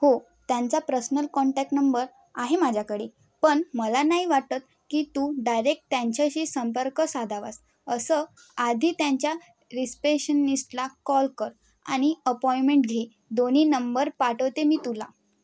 हो त्यांचा personal contact number आहे माझ्याकडे पण मला नाही वाटत की तू डायरेक्ट त्यांच्याशी संपर्क साधावास असं आधी त्यांच्या रिस्पेप्शनिस्टला कॉल कर आणि अपॉइंटमेंट घे दोन्ही नंबर पाठवते मी तुला